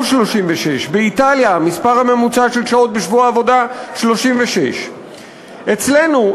36. באיטליה המספר הממוצע של שעות בשבוע עבודה הוא 36. אצלנו,